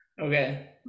Okay